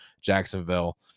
Jacksonville